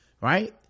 right